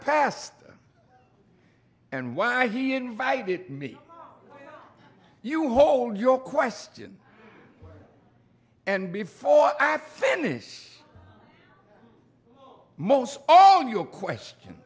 past and why he invited me you hold your question and before i finish most all your question